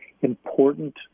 important